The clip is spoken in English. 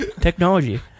Technology